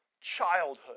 childhood